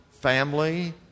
family